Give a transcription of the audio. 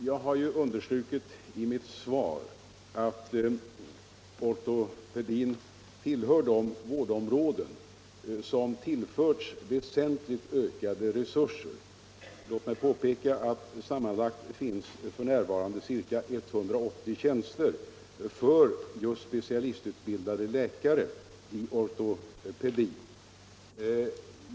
Jag har understrukit i mitt svar att ortopedin tillhör de vårdområden som tillförts väsentligt ökade resurser. Låt mig påpeka att sammanlagt finns det f. n. ca 180 tjänster för just specialistutbildade läkare i ortopedi.